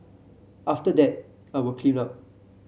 after that I will clean up